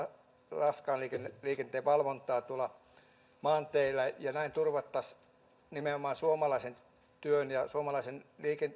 raskaan liikenteen valvontaa tuolla maanteillä ja näin turvattaisiin nimenomaan suomalaisen työn ja suomalaisen